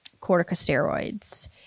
corticosteroids